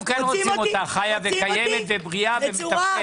אנחנו כן רוצים אותך חיה וקיימת ובריאה ומתפקדת.